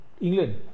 England